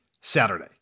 Saturday